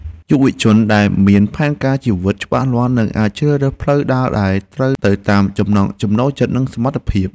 យុវជនដែលមានផែនការជីវិតច្បាស់លាស់នឹងអាចជ្រើសរើសផ្លូវដើរដែលត្រូវទៅតាមចំណង់ចំណូលចិត្តនិងសមត្ថភាព។